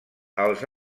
als